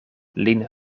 lin